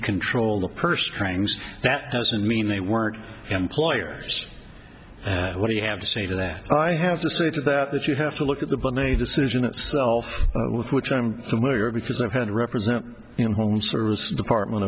control the purse strings that doesn't mean they weren't employers what do you have to say to that i have to say it is that you have to look at the but name decision itself with which i'm familiar because i've had to represent you know home service department